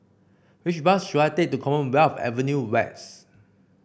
which bus should I take to Commonwealth Avenue West